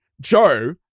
Joe